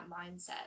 mindset